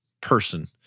person